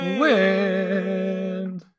wind